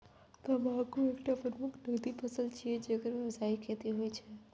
तंबाकू एकटा प्रमुख नकदी फसल छियै, जेकर व्यावसायिक खेती होइ छै